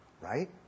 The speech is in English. Right